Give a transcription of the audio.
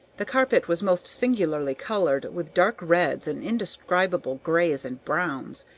the carpet was most singularly colored with dark reds and indescribable grays and browns,